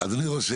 אדוני ראש העיר.